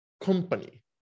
company